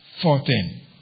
Fourteen